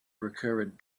recurrent